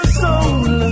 soul